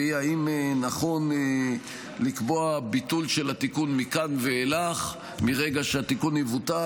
והיא אם נכון לקבוע ביטול של התיקון מכאן ואילך מרגע שהתיקון מבוטל,